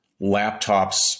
laptops